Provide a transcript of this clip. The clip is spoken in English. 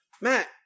Matt